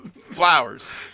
Flowers